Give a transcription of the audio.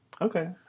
Okay